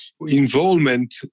involvement